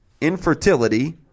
Infertility